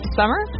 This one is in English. summer